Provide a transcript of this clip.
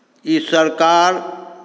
ई सरकार